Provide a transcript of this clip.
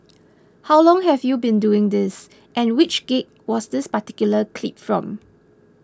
how long have you been doing this and which gig was this particular clip from